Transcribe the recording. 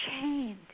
chained